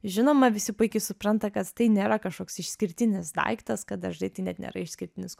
žinoma visi puikiai supranta kad tai nėra kažkoks išskirtinis daiktas kad dažnai tai net nėra išskirtinis